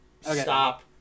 Stop